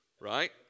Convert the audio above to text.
right